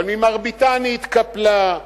אבל ממרביתן היא התקפלה,